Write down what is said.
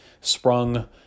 sprung